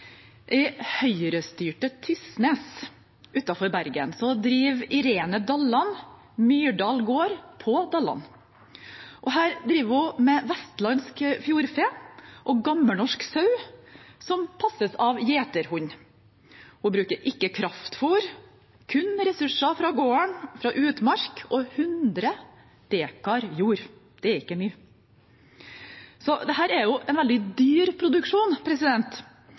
I høyrestyrte Tysnes utenfor Bergen driver Irene Dalland Myrdal Gard. Her driver hun med vestlandsk fjordfe og gammelnorsk sau som passes av gjeterhund. Hun bruker ikke kraftfôr, kun ressurser fra gården, fra utmark og 100 dekar jord. Det er ikke mye, så dette er en veldig dyr produksjon.